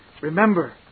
Remember